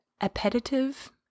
appetitive